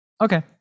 Okay